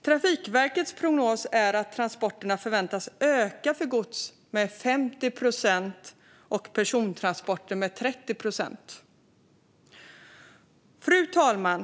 Trafikverkets prognos är att transporterna för gods förväntas öka med 50 procent och persontransporter med 30 procent. Fru talman!